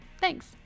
Thanks